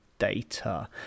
Data